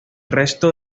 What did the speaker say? resto